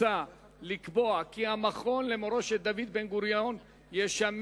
מוצע לקבוע כי המכון למורשת דוד בן-גוריון ישמש